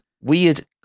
weird